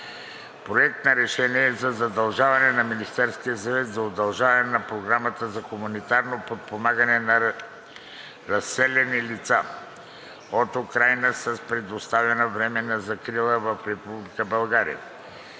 Проект на решение за задължаване на Министерския съвет за удължаване на програмата за хуманитарно подпомагане на разселени лица от Украйна с предоставена временна закрила в Република България